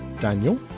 daniel